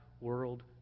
world